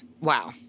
wow